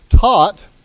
taught